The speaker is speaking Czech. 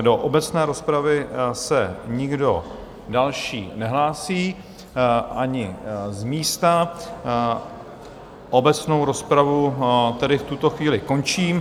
Do obecné rozpravy se nikdo další nehlásí, ani z místa, obecnou rozpravu tedy v tuto chvíli končím.